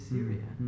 Syria